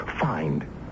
find